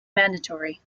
mandatory